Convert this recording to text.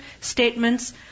statements